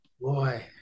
boy